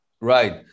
Right